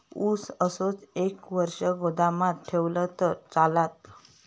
ऊस असोच एक वर्ष गोदामात ठेवलंय तर चालात?